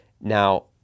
Now